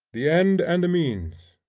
the end and the means,